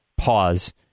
pause